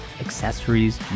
accessories